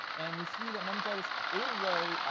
and you see that meningitis ate away,